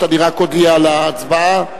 אני אודיע על ההצבעה.